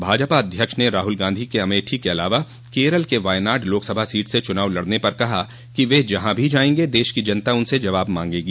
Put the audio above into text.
भाजपा अध्यक्ष ने राहुल गांधी के अमेठी के अलावा केरल के वायनाड लोकसभा सीट से चुनाव लड़ने पर कहा कि वे जहां भी जायेंगे दश की जनता उनसे जवाब मांगेगी